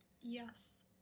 yes